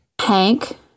Hank